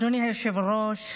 אדוני היושב-ראש,